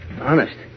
Honest